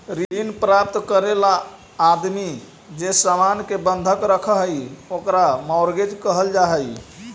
ऋण प्राप्त करे ला आदमी जे सामान के बंधक रखऽ हई ओकरा मॉर्गेज कहल जा हई